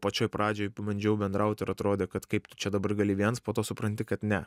pačioj pradžioj pabandžiau bendraut ir atrodė kad kaip tu čia dabar gali viens po to supranti kad ne